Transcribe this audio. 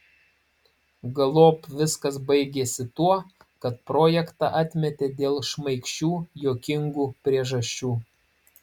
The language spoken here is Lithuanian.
galop viskas baigėsi tuo kad projektą atmetė dėl šmaikščių juokingų priežasčių